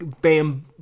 bam